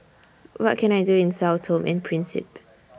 What Can I Do in Sao Tome and Principe